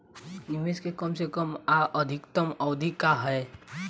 निवेश के कम से कम आ अधिकतम अवधि का है?